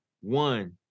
one